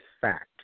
fact